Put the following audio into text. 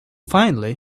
finally